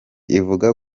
ivuga